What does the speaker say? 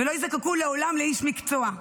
ולא יזדקקו לעולם לאיש מקצוע,